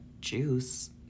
juice